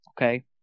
okay